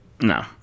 No